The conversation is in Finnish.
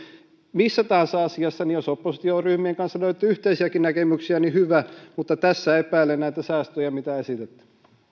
missä tahansa asiassa jos oppositioryhmien kanssa löytyy yhteisiäkin näkemyksiä niin hyvä mutta tässä epäilen näitä säästöjä mitä esitätte